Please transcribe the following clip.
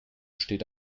steht